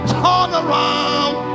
turnaround